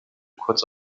kurz